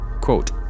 Quote